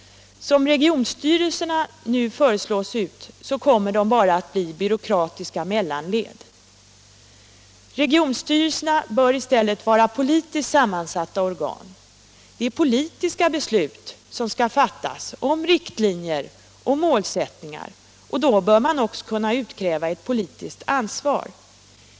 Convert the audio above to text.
Som regionstyrelserna nu föreslås se ut kommer de bara att bli byråkratiska mellanled. Regionstyrelserna bör i stället vara politiskt sammansatta organ. Det är politiska beslut som skall fattas om riktlinjer och målsättningar, och därför bör man också kunna utkräva ett politiskt ansvar.